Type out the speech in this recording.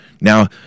Now